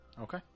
Okay